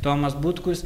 tomas butkus